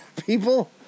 People